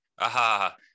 aha